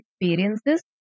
experiences